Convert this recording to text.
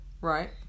Right